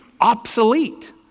obsolete